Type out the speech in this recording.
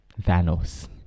Thanos